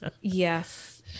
Yes